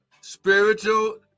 spiritual